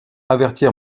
avertir